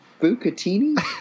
bucatini